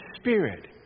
spirit